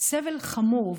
סבל חמור,